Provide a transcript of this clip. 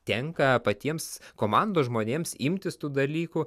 tenka patiems komandos žmonėms imtis tų dalykų